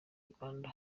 rwanda